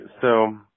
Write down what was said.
So-